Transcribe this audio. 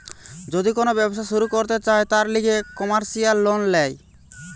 যদি কোন ব্যবসা শুরু করতে চায়, তার লিগে কমার্সিয়াল লোন ল্যায়